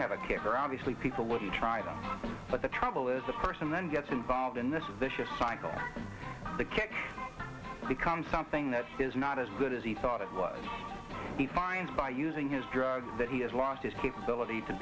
have a kicker obviously people wouldn't try them but the trouble is the person then gets involved in this vicious cycle the cat becomes something that is not as good as he thought it was he finds by using his drugs that he has lost his capability to